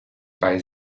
bei